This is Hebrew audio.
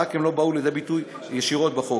רק שהם לא באו לידי ביטוי ישירות בחוק